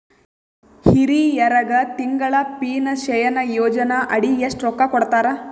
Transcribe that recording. ಹಿರಿಯರಗ ತಿಂಗಳ ಪೀನಷನಯೋಜನ ಅಡಿ ಎಷ್ಟ ರೊಕ್ಕ ಕೊಡತಾರ?